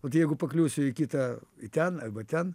vat jeigu pakliūsiu į kitą ten arba ten